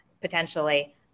potentially